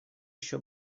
еще